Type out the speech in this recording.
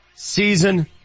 Season